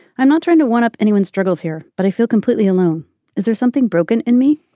i'm not trying to one up anyone's struggles here but i feel completely alone is there something broken in me